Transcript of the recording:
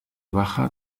baja